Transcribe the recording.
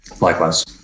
Likewise